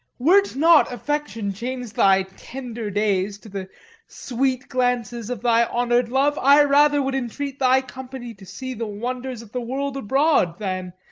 were't not affection chains thy tender days to the sweet glances of thy honour'd love, i rather would entreat thy company to see the wonders of the world abroad, than,